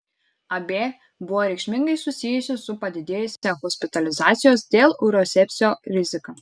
ab buvo reikšmingai susijusi su padidėjusia hospitalizacijos dėl urosepsio rizika